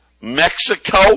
Mexico